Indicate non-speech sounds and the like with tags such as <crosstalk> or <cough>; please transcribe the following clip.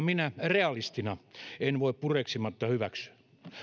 <unintelligible> minä realistina en voi pureksimatta hyväksyä